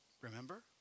remember